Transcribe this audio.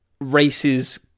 races